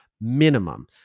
minimum